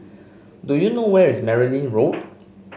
do you know where is Merryn Road